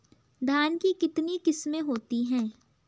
धान की कितनी किस्में होती हैं?